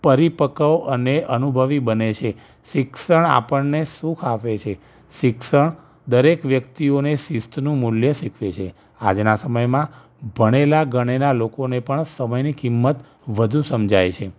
પરિપક્વ અને અનુભવી બને છે શિક્ષણ આપણને સુખ આપે છે શિક્ષણ દરેક વ્યક્તિને શિસ્તનું મૂલ્ય શીખવે છે આજના સમયમાં ભણેલાં ગણેલાં લોકોને પણ સમયની કિંમત વધુ સમજાય છે